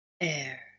Air